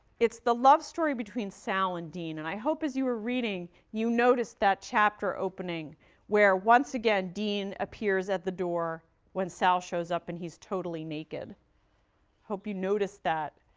it's the love story between sal and dean. and i hope, as you are reading, you notice that chapter opening where once again dean appears at the door when sal shows up, and he's totally naked. i hope you noticed that.